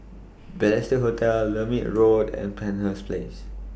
Balestier Hotel Lermit Road and Penshurst Place